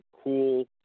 cool